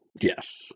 yes